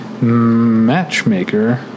Matchmaker